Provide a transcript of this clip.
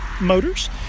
Motors